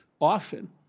often